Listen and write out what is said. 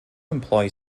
employ